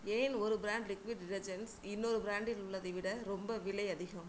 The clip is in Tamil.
ஏன் ஒரு ப்ராண்ட் லிக்விட் டிடர்ஜென்ட்ஸ் இன்னொரு பிராண்டில் உள்ளதை விட ரொம்ப விலை அதிகம்